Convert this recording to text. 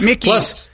Plus